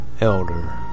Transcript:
elder